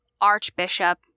archbishop